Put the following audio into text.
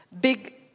big